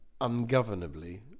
ungovernably